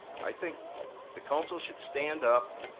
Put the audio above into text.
i think the council should stand up,